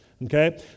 Okay